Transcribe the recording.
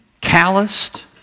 calloused